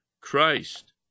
Christ